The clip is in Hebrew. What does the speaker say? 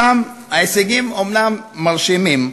שם ההישגים אומנם מרשימים,